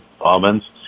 almonds